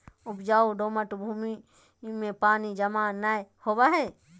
उपजाऊ दोमट भूमि में पानी जमा नै होवई हई